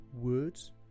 words